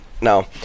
No